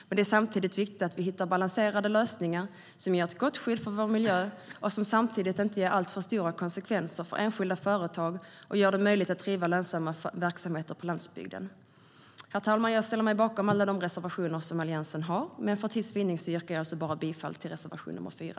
Men det är också viktigt att vi hittar balanserade lösningar som ger ett gott skydd för vår miljö men som samtidigt inte får alltför stora konsekvenser för enskilda företag och som gör det möjligt att driva lönsamma verksamheter på landsbygden. Herr talman! Jag ställer mig bakom alla de reservationer som Alliansen har, men för tids vinnande yrkar jag alltså bifall bara till reservation nr 4.